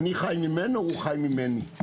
אני חי ממנו, הוא חי ממני.